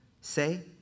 Say